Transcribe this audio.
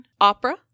opera